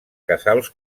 casals